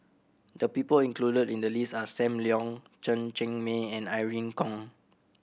the people included in the list are Sam Leong Chen Cheng Mei and Irene Khong